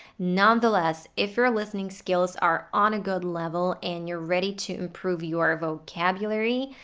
nonetheless if your listening skills are on a good level and you're ready to improve your vocabulary,